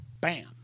Bam